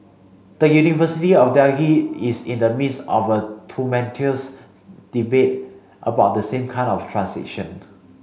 the University of Delhi is in the midst of a tumultuous debate about the same kind of transition